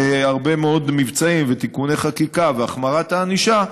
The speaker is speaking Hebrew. והרבה מאוד מבצעים, ותיקוני חקיקה, והחמרת הענישה,